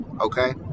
okay